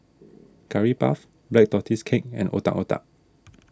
Curry Puff Black Tortoise Cake and Otak Otak